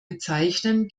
bezeichnen